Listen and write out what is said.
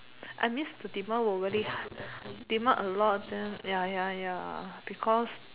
I means the demand will really demand a lot then ya ya ya because